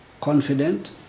confident